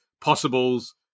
possibles